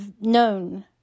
known